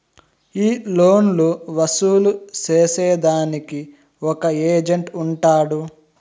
ఈ లోన్లు వసూలు సేసేదానికి ఒక ఏజెంట్ ఉంటాడు